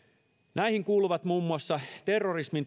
näihin kuuluvat muun muassa terrorismi